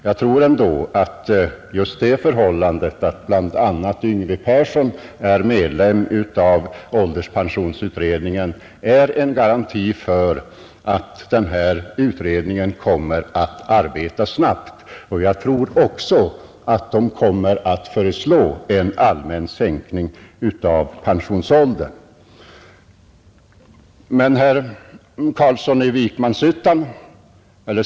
Jag tror ändå att just det förhallandet att bl.a. Yngve Persson är medlem av älderspensionsutredningen är en garanti för att denna utredning kommer att arbeta snabbt. Jag tror ocksa att den kommer att föreslå en allmän sänkning av pensionsaldern.